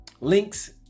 links